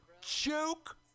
Joke